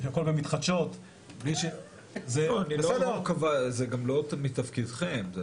במתחדשות --- זה גם לא מתפקידכם.